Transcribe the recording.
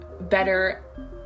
better